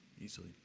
easily